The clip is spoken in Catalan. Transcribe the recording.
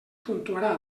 puntuarà